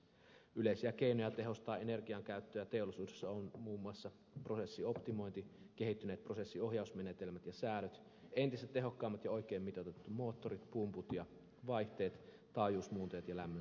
yleisiä keinoja tehostaa energiankäyttöä teollisuudessa ovat muun muassa prosessioptimointi kehittyneet prosessien ohjausmenetelmät ja säädöt entistä tehokkaammat ja oikein mitoitetut moottorit pumput ja vaihteet taajuusmuunteet ja lämmönsiirtimet